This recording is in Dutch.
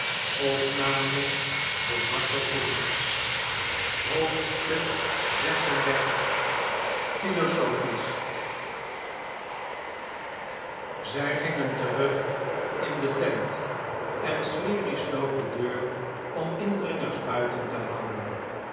xxxvi philosophisoh zij gingen terug in de tent en sleary sloot de deur om indringers buiten te houden